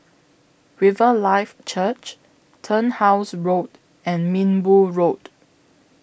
Riverlife Church Turnhouse Road and Minbu Road